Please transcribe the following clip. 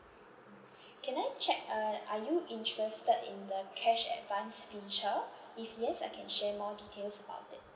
can I check uh are you interested in the cash advance feature if yes I can share more details about it